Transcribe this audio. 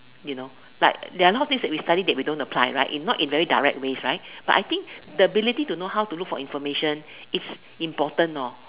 you know but there are a lot of things that we study that don't apply right if not in very direct ways right but I think the ability to look for information is important lor